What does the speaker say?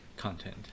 content